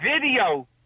video